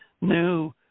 new